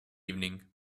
evening